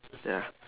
ya